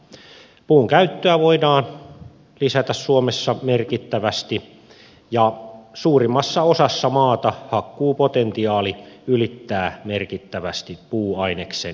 puun käyttöä voidaan lisätä suomessa merkittävästi ja suurimmassa osassa maata hakkuupotentiaali ylittää merkittävästi puuaineksen kysynnän